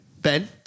Ben